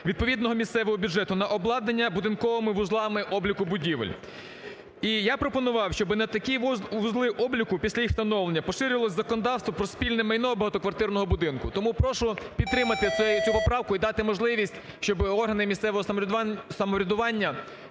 відповідного місцевого бюджету на обладнання будинковими вузлами обліку будівель. І я пропонував, щоби на такі вузли обліку, після їх встановлення, поширювалось законодавство про спільне майно багатоквартирного будинку. Тому прошу підтримати цю поправку і дати можливість, щоб органи місцевого самоврядування